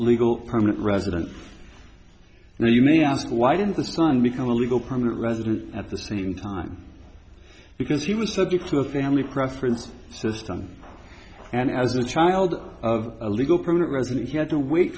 legal permanent resident and you may ask why didn't the son become a legal permanent resident at the same time because he was subject to a family preference system and as a child of a legal permanent resident he had to wait